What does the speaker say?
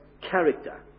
character